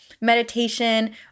meditation